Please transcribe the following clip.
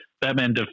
Batman